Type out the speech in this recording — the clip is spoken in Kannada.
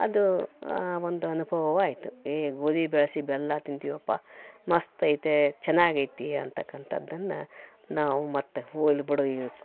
ಅದು ಒಂದು ಅನುಭವವಾಯಿತು ಹೇ ಗೋಧಿ ಬೆಳಸಿ ಬೆಲ್ಲ ತಿಂತೀವಪ್ಪಾ ಮಸ್ತ್ ಐತೆ ಚೆನ್ನಾಗಿ ಐತಿ ಅಂತಕ್ಕಂಥದ್ದನ್ನ ನಾವು ಮತ್ತೆ ಹೋಗ್ಲಿ ಬಿಡು ನಿ